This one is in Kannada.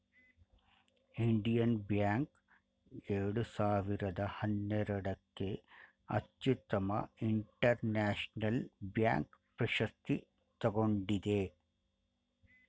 ಇಂಡಿಯನ್ ಬ್ಯಾಂಕ್ ಎರಡು ಸಾವಿರದ ಹನ್ನೆರಡಕ್ಕೆ ಅತ್ಯುತ್ತಮ ಇಂಟರ್ನ್ಯಾಷನಲ್ ಬ್ಯಾಂಕ್ ಪ್ರಶಸ್ತಿ ತಗೊಂಡಿದೆ